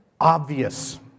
obvious